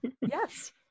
Yes